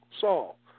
Saul